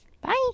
bye